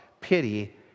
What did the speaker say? pity